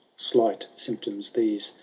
slight symptoms these,